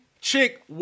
chick